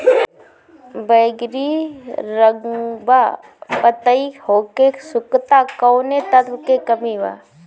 बैगरी रंगवा पतयी होके सुखता कौवने तत्व के कमी बा?